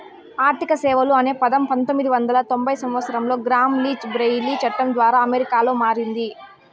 ఆర్థిక సేవలు అనే పదం పంతొమ్మిది వందల తొంభై సంవచ్చరంలో గ్రామ్ లీచ్ బ్లెయిలీ చట్టం ద్వారా అమెరికాలో మారింది